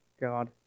God